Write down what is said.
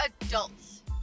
adults